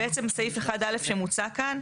בעצם סעיף (1א) שמוצע כאן,